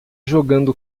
jogando